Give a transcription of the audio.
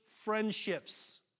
friendships